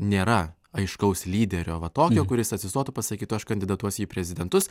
nėra aiškaus lyderio va tokio kuris atsistotų pasakytų aš kandidatuosiu į prezidentus